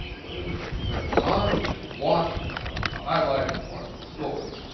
so they would turn us on, and they would watch, and they'd watch the highlights, and watch the stories.